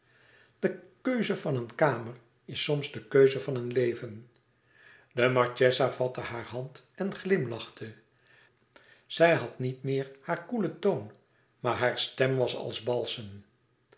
de keuze van een kamer is soms de keuze van een leven de marchesa vatte haar hand en glimlachte zij had niet meer haar koele toon maar haar stem was als balsem